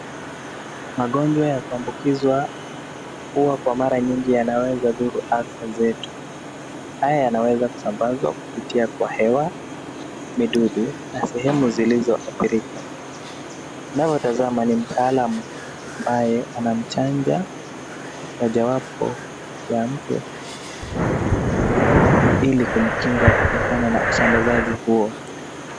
Magonjwa ya kuambukizwa huwa kwa mara nyingi yanaweza dhuru afya zetu. Haya yanaweza kusambazwa kupitia kwa hewa, midudu na sehemu zilizoathirika. Tunavyotazama ni maatam ambaye anamchanja moja wapo ya mtu ili kumkinga kutokana na usambazaji huo.